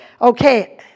Okay